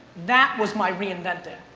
that was my reinvented.